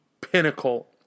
pinnacle